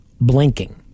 blinking